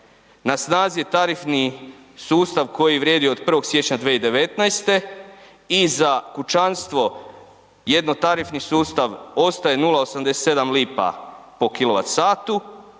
na snazi je tarifni sustav koji vrijedi od 1. siječnja 2019. i za kućanstvo jednotarifni sustav ostaje 0,87 lipa po kWh